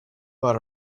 but